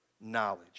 knowledge